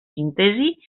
síntesi